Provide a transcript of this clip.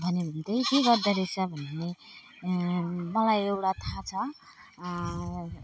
भन्यो भने त के गर्दा रहेछ भन्यो भने मलाई एउटा थाहा छ